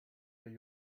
the